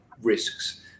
risks